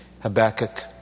Habakkuk